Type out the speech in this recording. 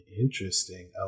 Interesting